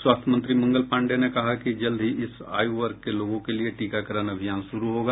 स्वास्थ्य मंत्री मंगल पांडेय ने कहा कि जल्द इस आय़ वर्ग के लोगों के लिए टीकाकरण अभियान शुरू होगा